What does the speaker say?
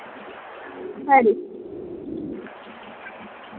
खरी